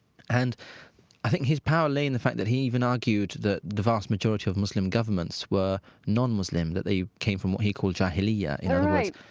and i think his power lay in the fact that he even argued that the vast majority of muslim governments were non-muslim, that they came from what he called jahiliyyah yeah right.